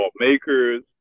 lawmakers